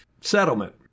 settlement